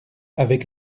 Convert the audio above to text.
avec